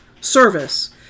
service